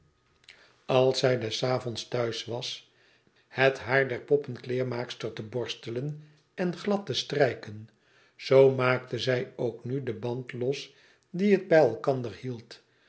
als zij des avonds thuis was het haar der poppenkleermaakster te borstelen en glad te strijken zoo maakte zij ook nu den band los die het bij elkander hield